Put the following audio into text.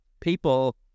people